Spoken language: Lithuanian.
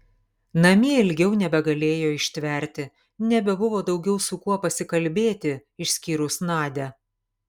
namie ilgiau nebegalėjo ištverti nebebuvo daugiau su kuo pasikalbėti išskyrus nadią